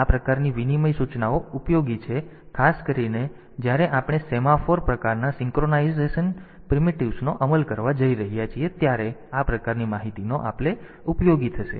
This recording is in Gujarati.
તેથી આ પ્રકારની વિનિમય સૂચનાઓ ઉપયોગી છે ખાસ કરીને જ્યારે આપણે સેમાફોર પ્રકારના સિંક્રોનાઇઝેશન પ્રિમિટિવ્સ નો અમલ કરવા જઈ રહ્યા છીએ ત્યારે આ પ્રકારની માહિતીની આપલે ઉપયોગી થશે